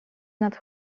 nad